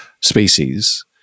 species